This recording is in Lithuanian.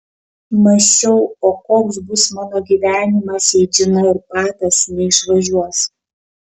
mąsčiau o koks bus mano gyvenimas jei džina ir patas neišvažiuos